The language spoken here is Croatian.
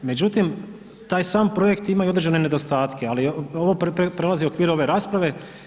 Međutim, taj sam projekt ima i određene nedostatke, ali ovo prelazi okvir ove rasprave.